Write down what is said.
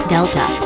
Delta